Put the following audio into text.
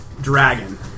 dragon